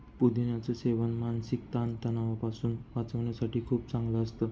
पुदिन्याच सेवन मानसिक ताण तणावापासून वाचण्यासाठी खूपच चांगलं असतं